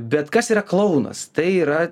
bet kas yra klounas tai yra